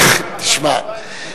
תשמע,